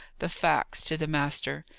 the facts to the master.